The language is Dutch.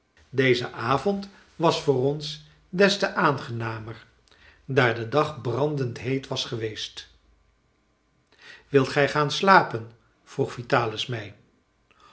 deze avond was voor ons des te aangenamer daar de dag brandend heet was geweest wilt gij gaan slapen vroeg vitalis mij